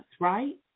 right